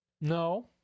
No